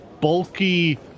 bulky